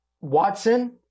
Watson